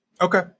Okay